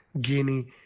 Guinea